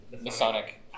Masonic